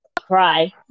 Cry